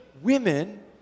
women